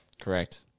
correct